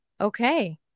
Okay